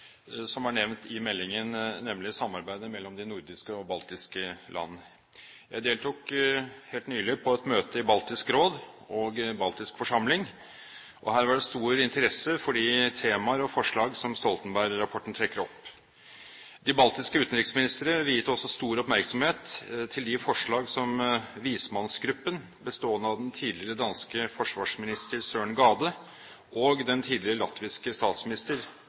som er nevnt i meldingen, nemlig samarbeidet mellom de nordiske og baltiske land. Jeg deltok helt nylig på et møte i Baltisk Råd og i Baltisk Forsamling, og her var det stor interesse for de temaer og forslag som Stoltenberg-rapporten trekker opp. De baltiske utenriksministrene viet også stor oppmerksomhet til de forslag som vismannsgruppen, bestående av den tidligere danske forsvarsminister Søren Gade og den tidligere latviske statsminister